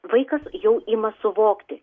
vaikas jau ima suvokti